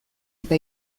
eta